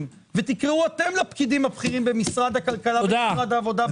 ותקראו אתם לפקידים הבכירים במשרד הכלכלה ובמשרד העבודה.